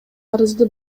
арызды